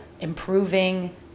improving